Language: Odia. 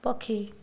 ପକ୍ଷୀ